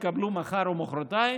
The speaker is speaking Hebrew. יקבלו מחר ומוחרתיים.